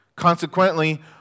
Consequently